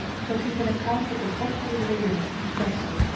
shall keep an account of the quantity laden in each vessel,